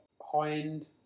high-end